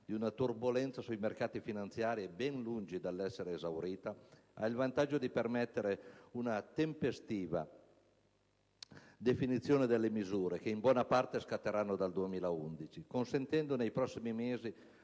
di una turbolenza sui mercati finanziari ben lungi dall'essere esaurita, ha il vantaggio di permettere una tempestiva definizione delle misure che, in buona parte, scatteranno dal 2011, consentendo nei prossimi mesi